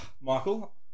Michael